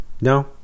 No